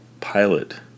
pilot